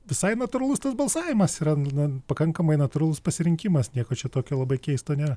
visai natūralus tas balsavimas yra na pakankamai natūralus pasirinkimas nieko čia tokio labai keisto nėra